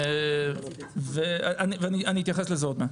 עוד מעט אתייחס לזה.